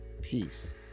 peace